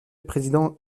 président